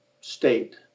state